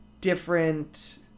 different